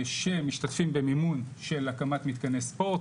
שמשתתפים במימון של הקמת מתקני ספורט,